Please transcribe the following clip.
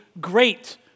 great